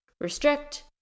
restrict